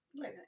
Right